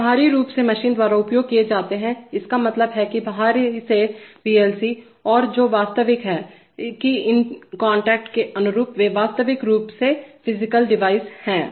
जो बाहरी रूप से मशीन द्वारा उपयोग किए जाते हैं इसका मतलब है कि बाहरी से पीएलसी औरकि इन कांटेक्ट के अनुरूप हैं वे वास्तविक रूप से फिजिकल डिवाइस हैं